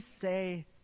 say